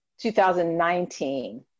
2019